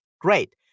great